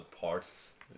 parts